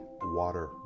water